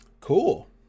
cool